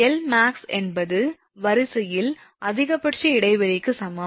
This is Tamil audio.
𝐿𝑚𝑎𝑥 என்பது வரிசையில் அதிகபட்ச இடைவெளிக்கு சமம்